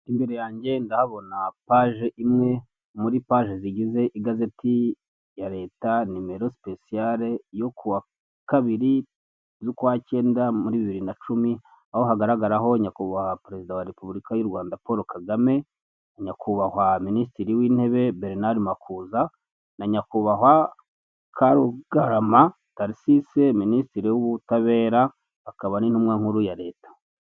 Imbere yanjye ndahabona paje imwe muri paje zigize igazeti ya leta nimero sipesiyale yo ku wa kabiri z'ukwacyenda muri bibiri na cumi, aho hagaragaraho nyakubahwa perezida wa repubulika y' u Rwanda Polo Kagame, nyakubahwa Minisitiri w'intebe Berenari Makuza, na Karugarama Tarisise Minisitiri w'ubutabera akaba n'intumwa nkuru ya leta.